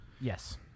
Yes